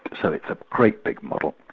so it's a great big muddle.